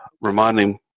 reminding